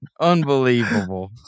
Unbelievable